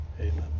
amen